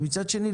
ומצד שני,